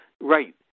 Right